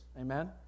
Amen